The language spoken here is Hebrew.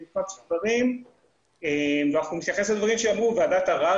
אם תרצו לקיים דיון המשך אחרי ועדת הערר,